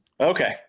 Okay